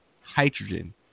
hydrogen